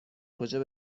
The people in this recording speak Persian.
کجا